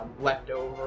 leftover